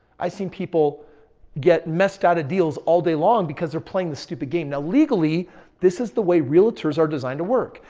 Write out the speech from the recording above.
i seen people get messed out of deals all day long because they're playing the stupid game. now legally this is the way realtors are designed to work.